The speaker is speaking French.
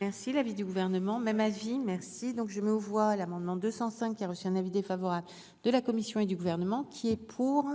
Merci l'avis du gouvernement, même avis merci donc je mets aux voix l'amendement 205 qui a reçu un avis défavorable de la Commission et du gouvernement qui est pour,